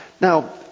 Now